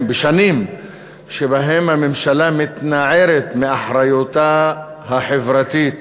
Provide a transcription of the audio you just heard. בשנים שבהן הממשלה מתנערת מאחריותה החברתית